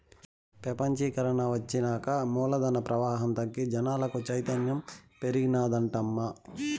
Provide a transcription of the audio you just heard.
పెపంచీకరన ఒచ్చినాక మూలధన ప్రవాహం తగ్గి జనాలకు చైతన్యం పెరిగినాదటమ్మా